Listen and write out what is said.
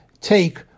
take